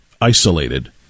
isolated